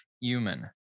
human